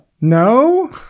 No